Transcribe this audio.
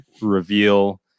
reveal